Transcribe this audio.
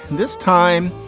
this time